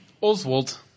Oswald